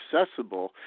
accessible